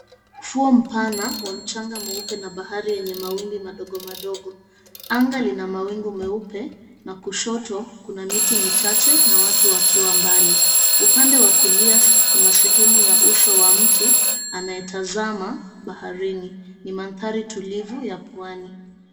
Ufuo mpana wa mchanga mweupe na bahari ya mawimbi madogo madogo. Anga lina mawingu meupe na kushoto kuna miti michache na watu wakiwa mbali. Upande wa kulia kuna sehemu ya uso wa mtu anaye tazama baharini. Ni maandhari tulivu ya pwani.